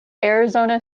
arizona